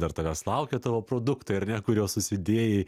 dar tavęs laukia tavo produktai ar ne kuriuos susidėjai